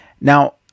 Now